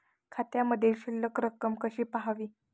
खात्यामधील शिल्लक रक्कम कशी पहावी?